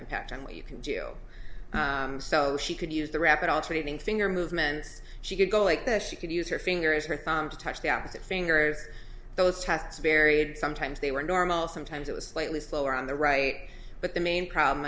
impact on what you can do so she could use the rapid alternating finger movements she could go like this she could use her finger as her thumb to touch the opposite fingers those tests buried sometimes they were normal sometimes it was slightly slower on the right but the main problem